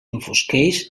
enfosqueix